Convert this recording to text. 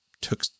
took